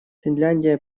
финляндия